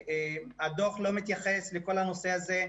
והדוח לא מתייחס לכל הנושא הזה,